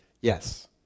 Yes